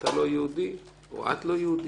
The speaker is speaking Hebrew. אתה לא יהודי או את לא יהודייה.